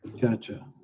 gotcha